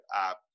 app